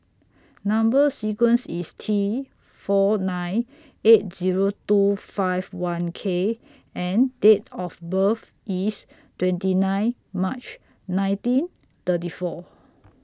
Number sequence IS T four nine eight Zero two five one K and Date of birth IS twenty nine March nineteen thirty four